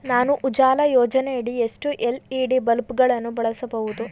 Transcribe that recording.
ನಾನು ಉಜಾಲ ಯೋಜನೆಯಡಿ ಎಷ್ಟು ಎಲ್.ಇ.ಡಿ ಬಲ್ಬ್ ಗಳನ್ನು ಬಳಸಬಹುದು?